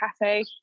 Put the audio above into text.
cafe